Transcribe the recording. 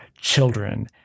children